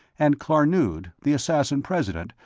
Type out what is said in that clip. and klarnood, the assassin-president,